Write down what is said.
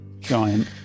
Giant